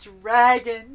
dragon